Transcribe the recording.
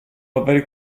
aver